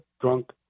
drunk